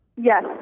Yes